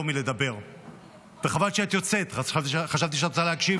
את לא חייבת לשמוע את חבר הכנסת ביסמוט.